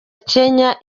kenya